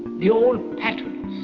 the old patterns,